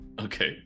Okay